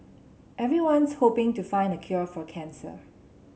everyone's hoping to find the cure for cancer